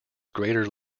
greater